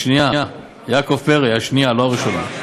השנייה, יעקב פרי, השנייה, לא הראשונה,